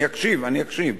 אני אקשיב, אני אקשיב.